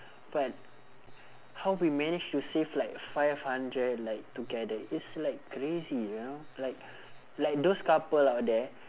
but how we manage to save like five hundred like together it's like crazy you know like like those couple out there